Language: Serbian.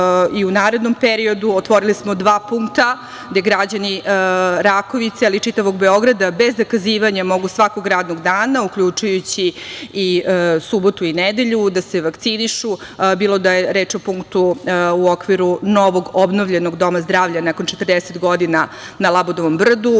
i u narednom periodu. Otvorili smo dva punkta gde građani Rakovice i čitavog Beograda, bez zakazivanja mogu svakog radnog dana, uključujući i subotu i nedelju da se vakcinišu, bilo da je reč o punktu u okviru novog obnovljenog doma zdravlja, nakon 40 godina, na Labudovom brdu,